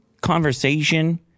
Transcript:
conversation